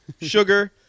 Sugar